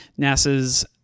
NASA's